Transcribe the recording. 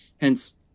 hence